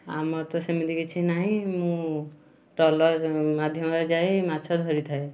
ଆମର ତ ସେମିତି କିଛି ନାହିଁ ମୁଁ ଟ୍ରଲର ମାଧ୍ୟମରେ ଯାଇ ମାଛ ଧରିଥାଏ